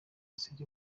ziri